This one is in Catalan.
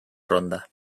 ronda